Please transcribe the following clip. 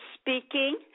speaking